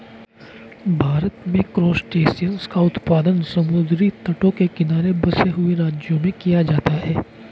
भारत में क्रासटेशियंस का उत्पादन समुद्री तटों के किनारे बसे हुए राज्यों में किया जाता है